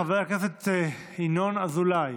חבר הכנסת ינון אזולאי